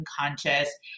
unconscious